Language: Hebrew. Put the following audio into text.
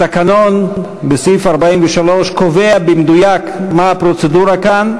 התקנון בסעיף 43 קובע במדויק מה הפרוצדורה כאן.